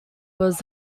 was